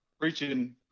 preaching